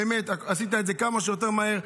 באמת עשית את זה כמה שיותר מהר,